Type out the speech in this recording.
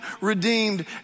redeemed